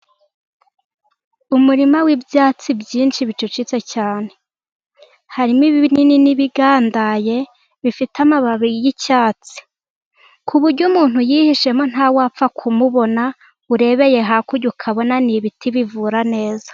Umurima w'ibyatsi byinshi bicecetse cyane. Harimo ibinini n'ibigandaye, bifite amababi y'icyatsi. Ku buryo umuntu yihishemo ntawapfa kumubona. Urebeye hakurya ukabona ni ibiti bivura neza.